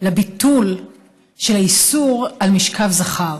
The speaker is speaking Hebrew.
מאז הביטול של האיסור של משכב זכר,